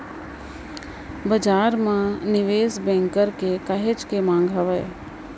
बजार म निवेस बेंकर के काहेच के मांग हावय